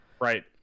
right